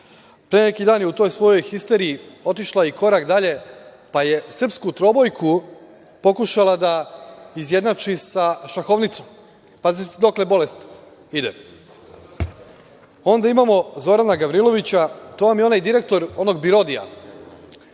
Pre neki dan je u toj svojoj histeriji otišla i korak dalje pa je srpsku trobojku pokušala da izjednači sa šahovnicom, pazite dokle bolest ide. Onda imamo Zorana Gavrilovića, to vam je onaj direktor onog BIRODI,